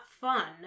fun